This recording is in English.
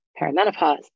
perimenopause